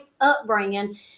upbringing